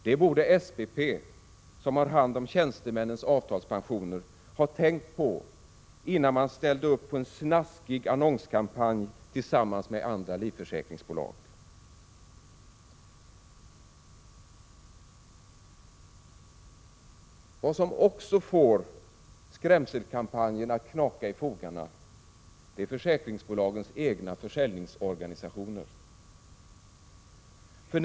Det borde SPP, som har hand om tjänstemännens avtalspensioner, ha tänkt på innan man ställde upp på en snaskig annonskampanj tillsammans med andra livförsäkringsbolag.” Vad som också får skrämselkampanjen att knaka i fogarna är försäkringsbolagens egna försäljningsavdelningar.